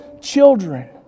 children